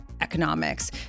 Economics